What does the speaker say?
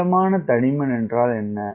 மிதமான தடிமன் என்றால் என்ன